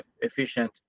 efficient